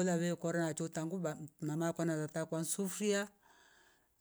Kola we kora achu tanguba mmh mama kwanarata kwa msufuria